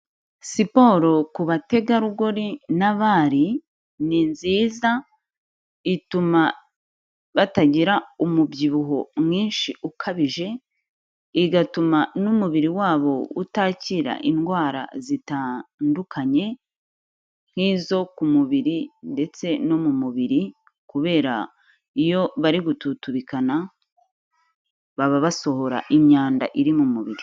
Siporo ku bategarugori n'abari ni nziza ituma batagira umubyibuho mwinshi ukabije, igatuma n'umubiri wabo utakira indwara zitandukanye, nk'izo ku mubiri ndetse no mu mubiri kubera iyo bari gututubikana baba basohora imyanda iri mu mubiri.